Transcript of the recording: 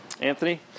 Anthony